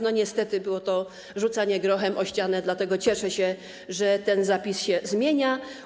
Niestety było to rzucanie grochem o ścianę, dlatego cieszę się, że ten zapis się zmienia.